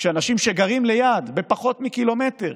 אנשים שגרים ליד, פחות מקילומטר,